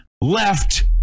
left